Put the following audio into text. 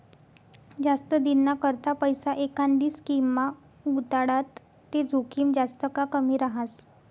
जास्त दिनना करता पैसा एखांदी स्कीममा गुताडात ते जोखीम जास्त का कमी रहास